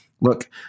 look